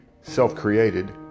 self-created